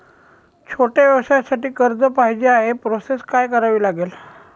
छोट्या व्यवसायासाठी कर्ज पाहिजे आहे प्रोसेस काय करावी लागेल?